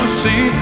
see